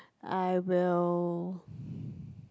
I will